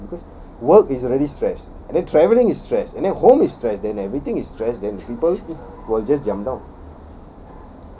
right they need to rest because work is already stress and then travelling is stress and then home is stress then everything is stress then people will just jump down